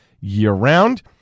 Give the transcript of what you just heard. year-round